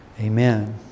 Amen